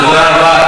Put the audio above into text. תודה רבה.